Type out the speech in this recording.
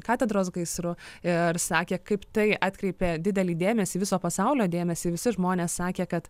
katedros gaisru ir sakė kaip tai atkreipė didelį dėmesį viso pasaulio dėmesį visi žmonės sakė kad